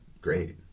great